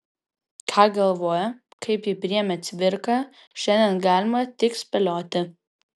ką galvojo kaip jį priėmė cvirka šiandien galima tik spėlioti